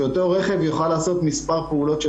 שאותו רכב יוכל לעשות מספר פעולות של